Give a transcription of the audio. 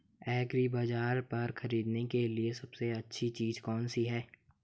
एग्रीबाज़ार पर खरीदने के लिए सबसे अच्छी चीज़ कौनसी है?